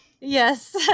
Yes